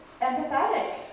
empathetic